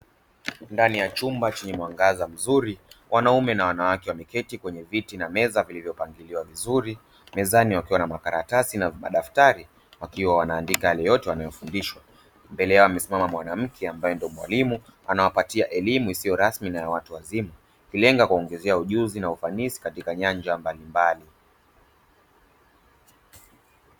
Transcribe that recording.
Ndani ya chumba chenye mwangaza mzuri wanaume na wanawake wameketi kwenye viti na meza vilivyopangiliwa vizuri, mezani wakiwa na makaratasi na madaftari wakiwa wanaandika yale yote waliyofundishwa, mbele yao amesimama mwanamke ambaye yeye ndo mwalimu anawapatia elimu isiyo rasmi na ya watu wazima, kulenga kuwaongezea ujuzi na ufanisi katika nyanja mbalimbali.